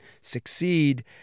succeed